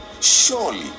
surely